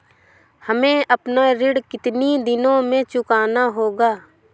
हमें अपना ऋण कितनी दिनों में चुकाना होगा?